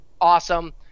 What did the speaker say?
awesome